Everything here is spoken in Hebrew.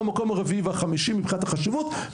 הם במקום הרביעי והחמישי מבחינת החשיבות.